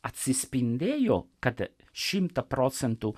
atsispindėjo kad šimtą procentų